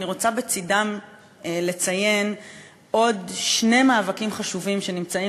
ואני רוצה בצדם לציין עוד שני מאבקים חשובים שנמצאים